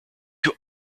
you